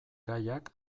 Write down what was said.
gaiak